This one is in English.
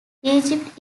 egypt